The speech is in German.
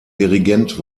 dirigent